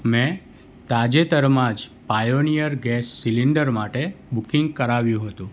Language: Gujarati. મેં તાજેતરમાં જ પાયોનિયર ગેસ સિલિન્ડર માટે બુકિંગ કરાવ્યું હતું